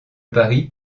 parie